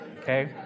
okay